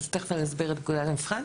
אז תכף אני אסביר את פקודת המבחן.